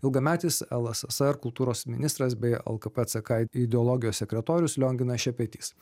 ilgametis lssr kultūros ministras bei lkp ck ideologijos sekretorius lionginas šepetys